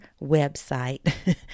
website